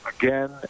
again